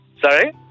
Sorry